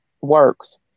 works